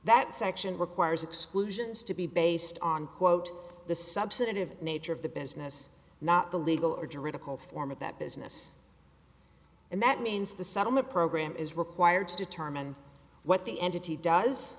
that section requires exclusions to be based on quote the subset of nature of the business not the legal or juridical form of that business and that means the settlement program is required to determine what the entity does